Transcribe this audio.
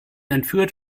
entführt